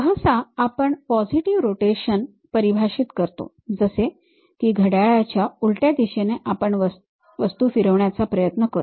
सहसा आपण positive rotation परिभाषित करतो जसे की घड्याळाच्या उलट दिशेने आपण वस्तू फिरवण्याचा प्रयत्न करू